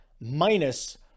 minus